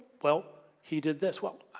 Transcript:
well he did this. well,